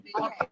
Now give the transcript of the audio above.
Okay